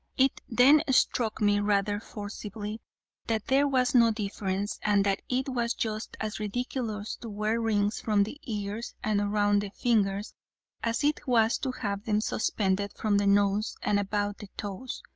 it then struck me rather forcibly that there was no difference and that it was just as ridiculous to wear rings from the ears and around the fingers as it was to have them suspended from the nose and about the toes.